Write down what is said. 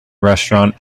restaurant